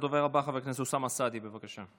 הדובר הבא, חבר הכנסת אוסאמה סעדי, בבקשה.